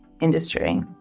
industry